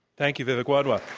thank you, vivek wadhwa.